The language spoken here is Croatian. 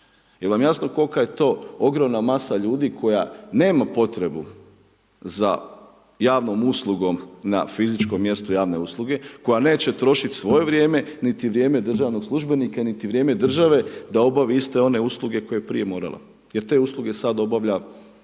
Jel vam jasno kolika je to ogromna masa ljudi koja nema potrebu za javnu uslugu, na fizičko mjesto javne usluge, koja neće trošiti svoje vrijeme, niti vrijeme državnog službenika, niti vrijeme države, da obavi iste one usluge, koje je prije morala, jer te usluge sada obavlja